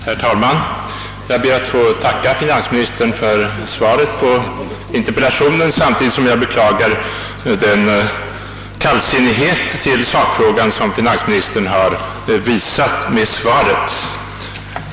Herr talman! Jag ber att få tacka finansministern för svaret på interpellationen, samtidigt som jag beklagar den kallsinnighet till sakfrågan som finansministern har visat med svaret.